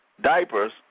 diapers